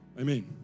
Amen